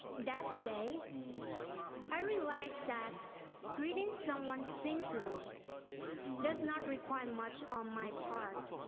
that day i realized that greeting someone sincerely does not require much on my part,